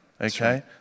okay